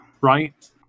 right